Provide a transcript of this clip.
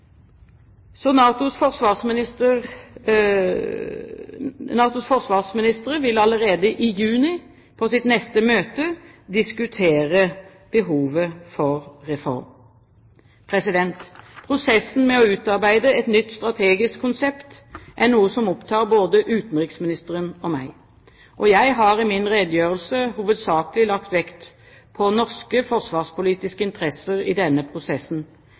NATOs forsvarsministre vil allerede i juni, på sitt neste møte, diskutere behovet for reform. Prosessen med å utarbeide et nytt strategisk konsept er noe som opptar både utenriksministeren og meg. Jeg har i min redegjørelse hovedsakelig lagt vekt på norske forsvarspolitiske interesser i denne prosessen,